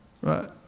right